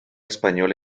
español